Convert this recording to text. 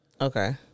Okay